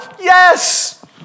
Yes